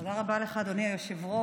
תודה רבה לך, אדוני היושב-ראש.